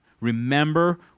Remember